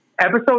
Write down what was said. episode